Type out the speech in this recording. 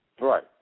right